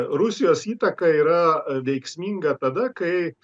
rusijos įtaka yra veiksminga tada kai